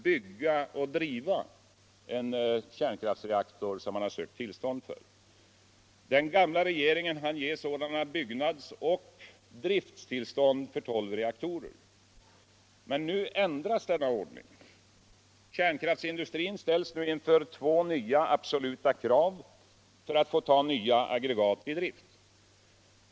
bygga och driva en kärnreaktor som de sökt tillstånd för. Den gamla regeringen hann med sådana byggnadsoch drifttitllstånd för tolv reaktorer. Men nu ändras denna ordning. | Kärnkraftsindustrin ställs nu inför två nya absoluta krav för att ta nya aggregat i drift.